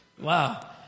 Wow